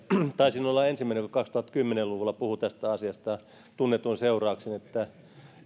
taisin olla ensimmäinen joka kaksituhattakymmenen luvulla puhui tästä asiasta tunnetuin seurauksin